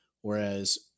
whereas